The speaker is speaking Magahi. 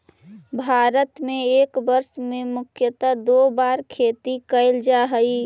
भारत में एक वर्ष में मुख्यतः दो बार खेती कैल जा हइ